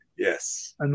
Yes